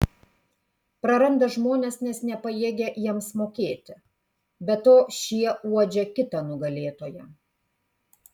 praranda žmones nes nepajėgia jiems mokėti be to šie uodžia kitą nugalėtoją